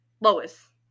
Lois